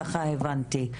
ככה הבנתי,